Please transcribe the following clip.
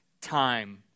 time